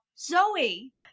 Zoe